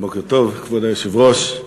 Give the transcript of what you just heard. כבוד היושב-ראש,